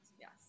Yes